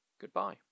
goodbye